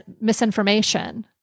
misinformation